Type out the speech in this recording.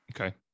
Okay